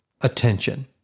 attention